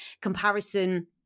comparison